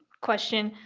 question.